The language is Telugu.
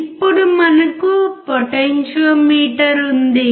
ఇప్పుడు మనకు పొటెన్షియోమీటర్ ఉంది